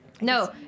No